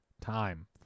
Time